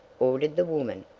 ordered the woman.